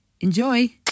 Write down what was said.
Enjoy